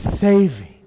saving